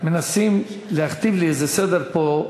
מנסים להכתיב לי איזה סדר פה,